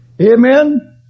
Amen